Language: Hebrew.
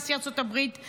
נשיא ארצות הברית,